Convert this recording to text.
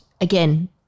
again